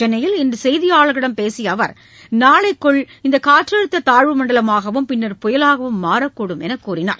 சென்னையில் இன்று செய்தியாளர்களிடம் பேசிய அவர் நாளைக்குள் காற்றழுத்த தாழ்வு மண்டலமாகவும் பின்னர் புயலாகவும் மாறக்கூடும் என்று கூறினார்